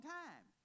time